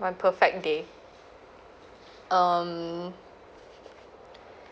my perfect day um